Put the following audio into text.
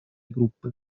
группы